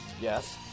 Yes